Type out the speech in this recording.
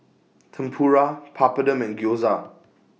Tempura Papadum and Gyoza